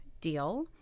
deal